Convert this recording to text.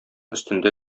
өстендә